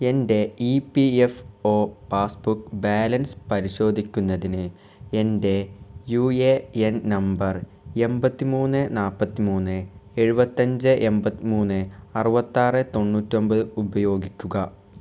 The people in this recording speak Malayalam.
എൻ്റെ E P F O passbook balance പരിശോധിക്കുന്നതിന് എൻ്റെ യു എ എൻ നമ്പർ എൺപത്തി മൂന്ന് നാൽപ്പത്തി മൂന്ന് ഏഴുപത്തഞ്ച് എൺപത്തി മൂന്ന് അറുപത്താറ് തൊണ്ണൂറ്റൊൻപത് ഉപയോഗിക്കുക